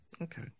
Okay